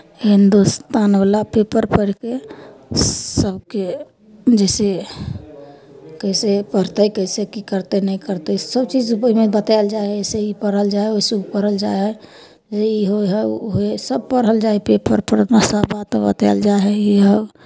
हिन्दुस्तानवला paper पढ़ि कऽ सभके जइसे कइसे पढ़तै कइसे की करतै नहि करतै सभचीज ओहिमे बतायल जाइ हइ से ई पढ़ल जाइ हइ ओसभ पढ़ल जाइ हइ जे ई होइ हइ ओ होइ हइ सभ पढ़ल जाइ हइ पेपर पढ़ना सभ बात बतायल जाइ हइ इहो